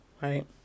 right